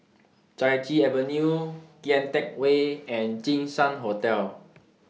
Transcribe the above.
Chai Chee Avenue Kian Teck Way and Jinshan Hotel